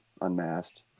Unmasked